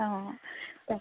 অঁ তাকে